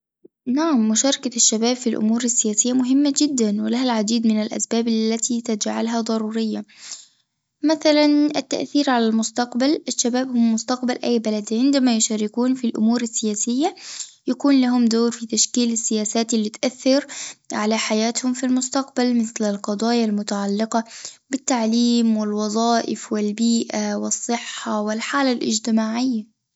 نعم مشاركة الشباب في الأمور السياسية مهمة جدًا ولها العديد من الأسباب التي تجعلها ضرورية، مثلًا التأثير على المستقبل، الشباب هم مستقبل أي بلد عندما يشاركون في الأمور السياسية، يكون لهم دور في تشكيل السياسات اللي تؤثر على حياتهم في المستقبل مثل القضايا المتعلقة بالتعليم والوظائف والبيئة والصحة والحالة الاجتماعية.